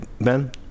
Ben